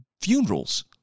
funerals